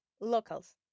locals